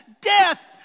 Death